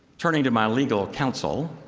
turning to my legal counsel,